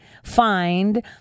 find